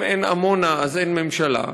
אם אין עמונה אז אין ממשלה,